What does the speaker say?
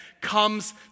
comes